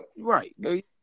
right